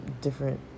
different